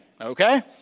okay